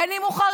בין שהוא חרדי,